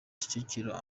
kicukiro